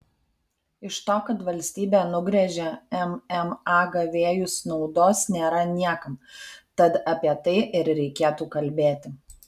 iš to kad valstybė nugręžia mma gavėjus naudos nėra niekam tad apie tai ir reikėtų kalbėti